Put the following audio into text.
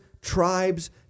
tribes